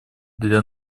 для